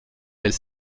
elle